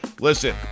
Listen